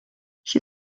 she